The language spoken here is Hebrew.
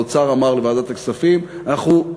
האוצר אמר לוועדת הכספים: אנחנו,